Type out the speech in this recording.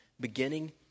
beginning